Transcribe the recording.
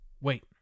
Wait